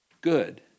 good